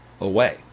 away